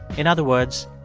in other words,